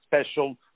Special